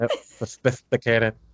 Sophisticated